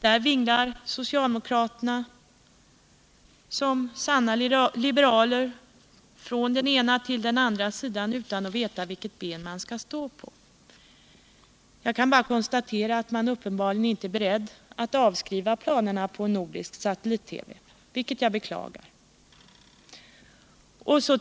Där vinglar socialdemokraterna som sanna liberaler från den ena sidan till den andra utan att veta vilket ben de skall stå på. Jag kan bara konstatera att man uppenbarligen inte är beredd att avskriva planerna på en nordisk satellit-TV, vilket jag beklagar.